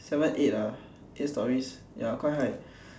seven eight ah eight storeys ya quite high